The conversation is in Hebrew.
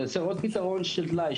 לייצר עוד פתרון של טלאי,